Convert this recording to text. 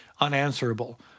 unanswerable